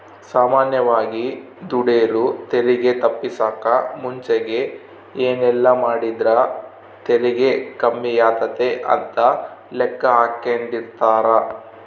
ಸಾಮಾನ್ಯವಾಗಿ ದುಡೆರು ತೆರಿಗೆ ತಪ್ಪಿಸಕ ಮುಂಚೆಗೆ ಏನೆಲ್ಲಾಮಾಡಿದ್ರ ತೆರಿಗೆ ಕಮ್ಮಿಯಾತತೆ ಅಂತ ಲೆಕ್ಕಾಹಾಕೆಂಡಿರ್ತಾರ